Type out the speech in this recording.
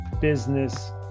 business